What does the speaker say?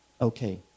okay